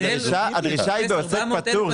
הדרישה היא בעוסק פטור,